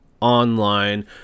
online